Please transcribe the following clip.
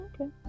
Okay